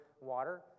water